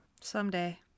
Someday